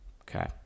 Okay